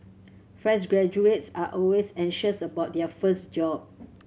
fresh graduates are always anxious about their first job